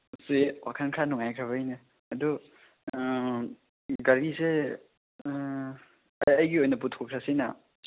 ꯑꯁꯤ ꯋꯥꯈꯟ ꯈꯔ ꯅꯨꯡꯉꯥꯏꯈ꯭ꯔꯕꯩꯅꯦ ꯑꯗꯨ ꯒꯥꯔꯤꯁꯦ ꯑꯩꯒꯤ ꯑꯣꯏꯅ ꯄꯨꯊꯣꯛꯂꯁꯤꯅꯥ